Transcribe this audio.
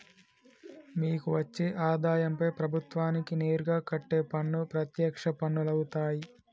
మీకు వచ్చే ఆదాయంపై ప్రభుత్వానికి నేరుగా కట్టే పన్ను ప్రత్యక్ష పన్నులవుతాయ్